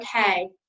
okay